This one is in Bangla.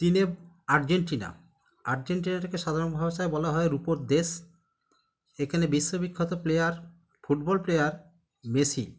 তিনে আর্জেন্টিনা আর্জেন্টিনাটাকে সাধারণ ভাষায় বলা হয় রূপোর দেশ এখানে বিশ্ব বিখ্যাত প্লেয়ার ফুটবল প্লেয়ার মেসি